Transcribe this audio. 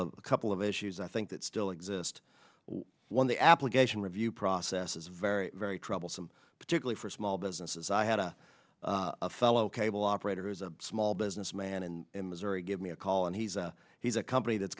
a couple of issues i think that still exist one the application review process is very very troublesome particularly for small businesses i had a fellow cable operator is a small businessman and missouri give me a call and he's a he's a company that's